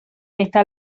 metta